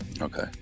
okay